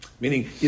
Meaning